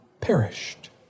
perished